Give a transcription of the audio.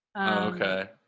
okay